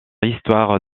histoire